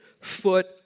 foot